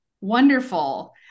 wonderful